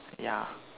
ya